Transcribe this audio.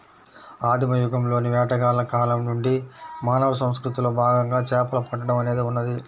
ఆదిమ యుగంలోని వేటగాళ్ల కాలం నుండి మానవ సంస్కృతిలో భాగంగా చేపలు పట్టడం అనేది ఉన్నది